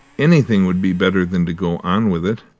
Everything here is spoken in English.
anything would be better than to go on with it!